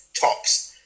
Tops